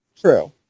True